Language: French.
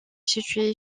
situé